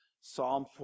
Psalm